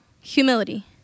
humility